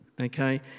Okay